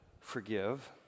forgive